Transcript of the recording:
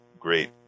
Great